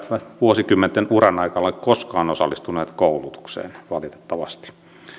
eivät vuosikymmenten uran aikana ole koskaan osallistuneet koulutukseen valitettavasti